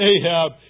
Ahab